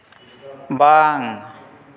ᱵᱟᱝ